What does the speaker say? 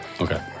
Okay